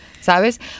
¿Sabes